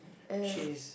oh